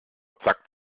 zack